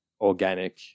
organic